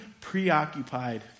preoccupied